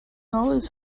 always